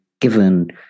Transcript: given